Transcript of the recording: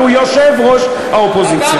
אבל הוא יושב-ראש האופוזיציה.